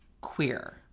queer